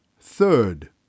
Third